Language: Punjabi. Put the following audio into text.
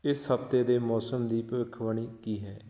ਇਸ ਹਫ਼ਤੇ ਦੇ ਮੌਸਮ ਦੀ ਭਵਿੱਖਬਾਣੀ ਕੀ ਹੈ